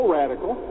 radical